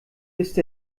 ist